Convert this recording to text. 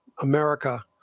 America